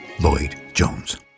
Lloyd-Jones